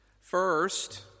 First